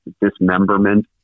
dismemberment